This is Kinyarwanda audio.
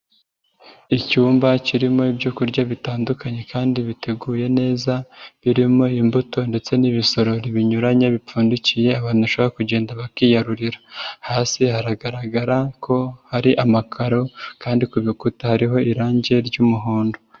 Icyumba kirimo ibyokurya bitandukanye kandi biteguye neza, birimo imbuto ndetse n'ibisorori binyuranye bipfundikiye, abantu shobora kugenda bakiyarurira, hasi hagaragara ko hari amakaro kandi ku rukuta hariho irangi ry'umuhondo.